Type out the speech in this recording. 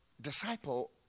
disciple